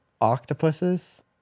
octopuses